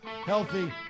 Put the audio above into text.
healthy